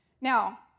Now